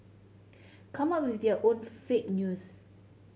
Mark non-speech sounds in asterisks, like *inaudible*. *noise* come up with your own fake news